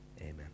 Amen